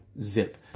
zip